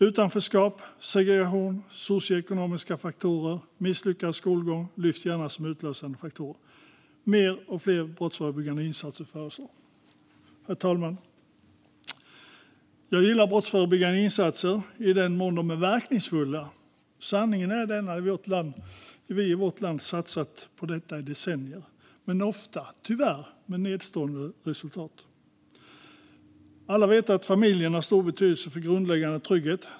Utanförskap, segregation, socioekonomiska faktorer och misslyckad skolgång lyfts gärna som utlösande faktorer. Mer och fler brottsförebyggande insatser föreslås. Herr talman! Jag gillar brottsförebyggande insatser i den mån de är verkningsfulla. Sanningen är den att vi i vårt land satsat på detta i decennier men tyvärr ofta med nedslående resultat. Alla vet att familjen har stor betydelse för grundläggande trygghet.